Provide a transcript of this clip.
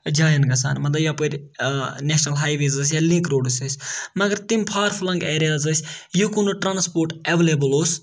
جاین گژھان مطلب یَپٲرۍ نیشنل ہاے ویز ٲسۍ یا لِنک روڈٕس ٲسۍ مَگر تِم فارفٔلنگ ایریاز ٲسۍ یوکُن نہٕ ٹرانَسپوٹ ایویلیبٕل اوس کیٚنہہ